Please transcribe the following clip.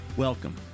Welcome